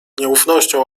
nieufnością